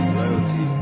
loyalty